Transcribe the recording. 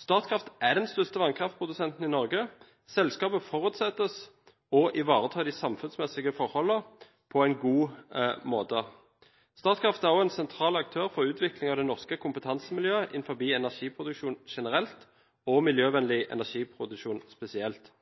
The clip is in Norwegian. Statkraft er den største vannkraftprodusenten i Norge. Selskapet forutsettes å ivareta de samfunnsmessige forhold på en god måte. Statkraft er også en sentral aktør for utvikling av det norske kompetansemiljøet innenfor energiproduksjon generelt og innenfor miljøvennlig energiproduksjon spesielt,